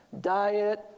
Diet